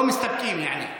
לא מסתפקים, יעני.